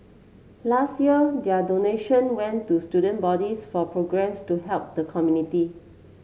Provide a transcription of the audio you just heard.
last year their donation went to student bodies for programmes to help the community